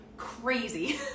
crazy